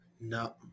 No